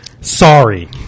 Sorry